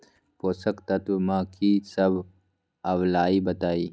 पोषक तत्व म की सब आबलई बताई?